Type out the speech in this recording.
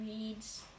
reads